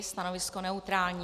Stanovisko neutrální.